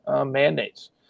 mandates